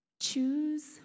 Choose